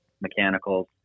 mechanicals